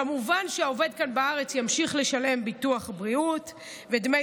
כמובן שהעובד כאן בארץ ימשיך לשלם ביטוח בריאות ודמי